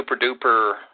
super-duper